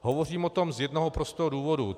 Hovořím o tom z jednoho prostého důvodu.